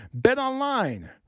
BetOnline